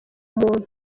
muntu